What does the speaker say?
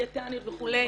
דיאטניות וכו'.